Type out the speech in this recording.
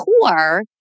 core